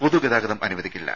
പൊതു ഗതാഗതം അനുവദിക്കില്ല